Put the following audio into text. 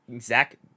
Zach